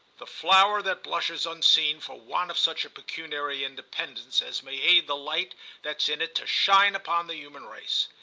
the flower that blushes unseen for want of such a pecuniary independence as may aid the light that's in it to shine upon the human race.